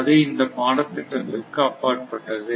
அது இந்த பாடத்திட்டத்திற்கு அப்பாற்பட்டது